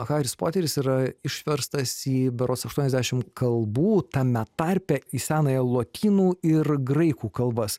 haris poteris yra išverstas į berods aštuoniasdešimt kalbų tame tarpe į senąją lotynų ir graikų kalbas